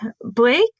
Blake